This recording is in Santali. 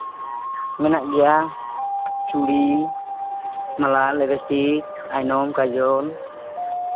ᱢᱮᱱᱟᱜ ᱜᱮᱭᱟ ᱪᱩᱲᱤ ᱢᱟᱞᱟ ᱞᱤᱯᱤᱥᱴᱤᱠ ᱟᱭᱱᱚᱢ ᱠᱟᱡᱚᱞ